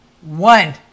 One